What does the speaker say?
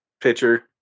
pitcher